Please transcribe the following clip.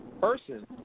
Person